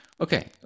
okay